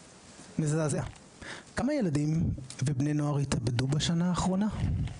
מזעזע, כמה ילדים ובני נוער התאבדו בשנה האחרונה?